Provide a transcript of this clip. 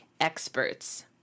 experts